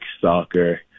soccer